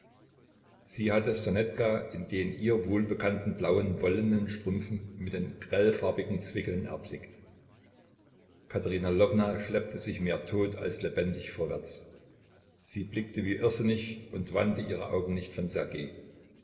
sie hatte ssonetka in den ihr wohlbekannten blauen wollenen strümpfen mit den grellfarbigen zwickeln erblickt katerina lwowna schleppte sich mehr tot als lebendig vorwärts sie blickte wie irrsinnig und wandte ihre augen nicht von